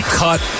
cut